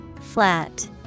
Flat